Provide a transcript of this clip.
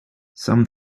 some